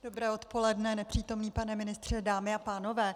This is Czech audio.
Dobré odpoledne, nepřítomný pane ministře, dámy a pánové.